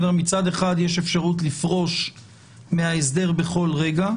מצד אחד יש אפשרות לפרוש מההסדר בכל רגע,